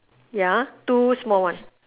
ya two small one